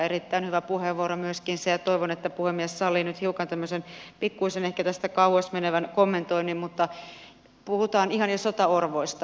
erittäin hyvä puheenvuoro myöskin se ja toivon että puhemies sallii nyt tämmöisen pikkuisen tästä ehkä kauas menevän kommentoinnin mutta puhutaan ihan jo sotaorvoista